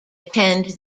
attend